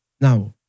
Now